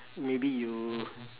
maybe you